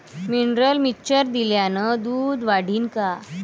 Mineral mixture दिल्यानं दूध वाढीनं का?